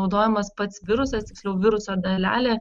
naudojamas pats virusas tiksliau viruso dalelė